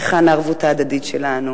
היכן הערבות ההדדית שלנו?